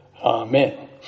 Amen